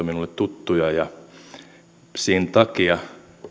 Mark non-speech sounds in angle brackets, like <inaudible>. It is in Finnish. <unintelligible> minulle tuttuja sen takia